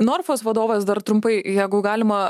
norfos vadovas dar trumpai jeigu galima